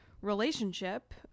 relationship